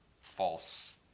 false